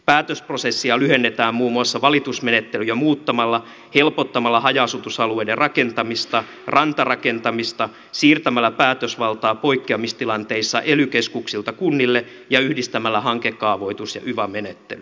päätösprosessia lyhennetään muun muassa valitusmenettelyjä muuttamalla helpottamalla haja asutusalueiden rakentamista rantarakentamista siirtämällä päätösvaltaa poikkeamistilanteissa ely keskuksilta kunnille ja yhdistämällä hankekaavoitus ja yva menettely